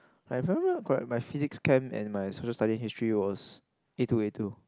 if I remember correct my physics chem and my Social Studies history was A two A two